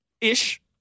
Ish